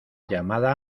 llamada